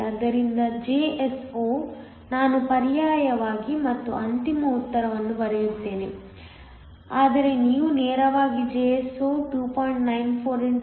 ಆದ್ದರಿಂದ Jso ನಾನು ಪರ್ಯಾಯವಾಗಿ ಮತ್ತು ಅಂತಿಮ ಉತ್ತರವನ್ನು ಬರೆಯುತ್ತೇನೆ ಆದರೆ ನೀವು ನೇರವಾಗಿ Jso 2